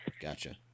Gotcha